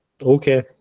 okay